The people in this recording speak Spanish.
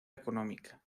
económica